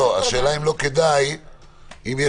אם יש אפשרות,